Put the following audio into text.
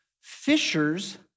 fishers